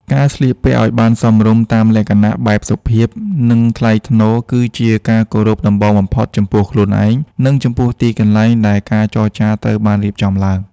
ការស្លៀកពាក់ឱ្យបានសមរម្យតាមលក្ខណៈបែបសុភាព និងថ្លៃថ្នូរ គឺជាការគោរពដំបូងបំផុតចំពោះខ្លួនឯង និងចំពោះទីកន្លែងដែលការចរចាត្រូវបានរៀបចំឡើង។